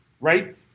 right